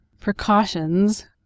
precautions